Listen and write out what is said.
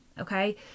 Okay